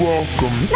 Welcome